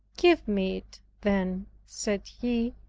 give me it then, said he,